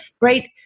right